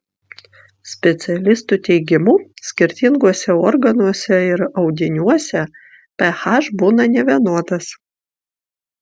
specialistų teigimu skirtinguose organuose ir audiniuose ph būna nevienodas